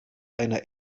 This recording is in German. einer